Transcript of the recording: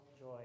joy